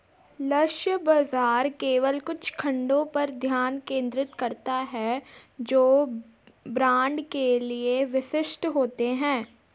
लक्ष्य बाजार केवल कुछ खंडों पर ध्यान केंद्रित करता है जो ब्रांड के लिए विशिष्ट होते हैं